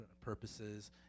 purposes